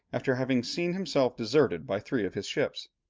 after having seen himself deserted by three of his ships.